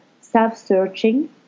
self-searching